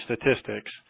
statistics